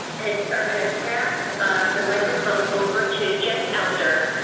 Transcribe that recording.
and are gonna pass the microphone over to jen elder,